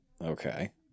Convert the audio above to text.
Okay